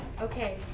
okay